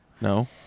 No